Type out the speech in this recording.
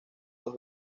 dos